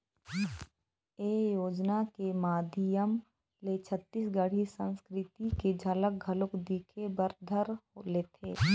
ए योजना के माधियम ले छत्तीसगढ़ी संस्कृति के झलक घलोक दिखे बर धर लेथे